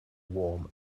warm